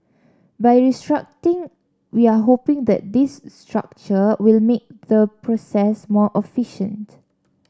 by restricting we are hoping that this restructure will make the process more efficient